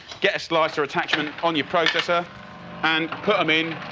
get a slicer attachment on your processor and put them in.